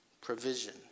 Provision